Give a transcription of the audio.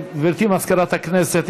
גברתי מזכירת הכנסת,